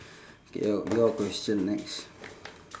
K your your question next